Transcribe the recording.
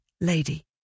lady